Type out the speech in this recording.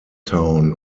town